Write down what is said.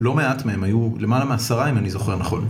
לא מעט מהם היו למעלה מעשרה אם אני זוכר נכון.